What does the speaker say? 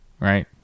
Right